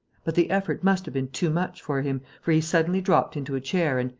but the effort must have been too much for him, for he suddenly dropped into a chair and,